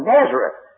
Nazareth